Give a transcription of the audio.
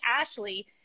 Ashley